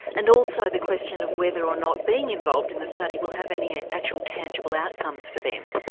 and also the question of whether or not being involved in the study will have any ah actual tangible outcomes for them?